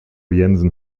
jensen